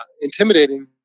intimidating